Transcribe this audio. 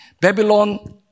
Babylon